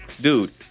Dude